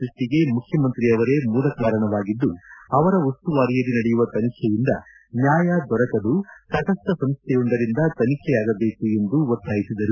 ಸೃಷ್ಟಿಗೆ ಮುಖ್ಯಮಂತ್ರಿ ಅವರೇ ಮೂಲಕಾರಣವಾಗಿದ್ದು ಅವರ ಉಸ್ತುವಾರಿಯಲ್ಲಿ ನಡೆಯುವ ತನಿಖೆಯಿಂದ ನ್ಯಾಯ ದೊರಕದು ತಟಸ್ಟ ಸಂಸ್ಥೆಯೊಂದರಿಂದ ತನಿಖೆಯಾಗಬೇಕು ಎಂದು ಒತ್ತಾಯಿಸಿದರು